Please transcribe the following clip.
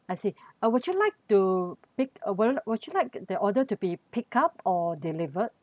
I see uh would you like to pick uh would you like the order to be pick up or delivered